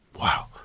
wow